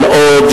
בעין-הוד,